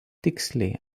tiksliai